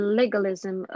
legalism